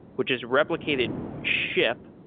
which is replicated ship,